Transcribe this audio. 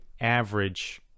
average